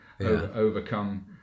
overcome